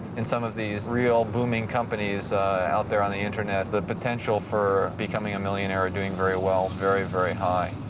in some of these real booming companies out there on the internet, the potential for becoming a millionaire or doing very well, is very, very high.